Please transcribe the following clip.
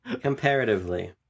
Comparatively